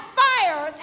fire